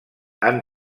han